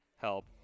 Help